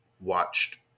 watched